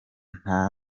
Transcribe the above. nta